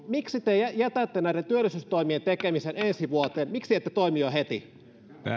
miksi te jätätte näiden työllisyystoimien tekemisen ensi vuoteen miksi ette toimi jo heti